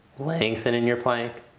lengthening your plank.